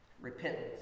Repentance